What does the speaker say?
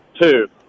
Two